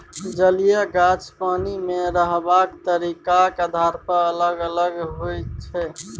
जलीय गाछ पानि मे रहबाक तरीकाक आधार पर अलग अलग होइ छै